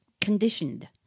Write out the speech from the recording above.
conditioned